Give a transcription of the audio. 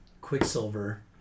Quicksilver